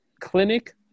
clinic